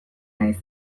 naiz